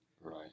Right